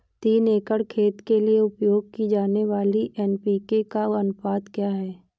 तीन एकड़ खेत के लिए उपयोग की जाने वाली एन.पी.के का अनुपात क्या है?